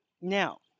Now